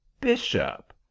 Bishop